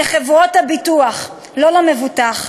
לחברות הביטוח, לא למבוטח.